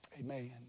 amen